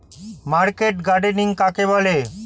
Market gardening কাকে বলে?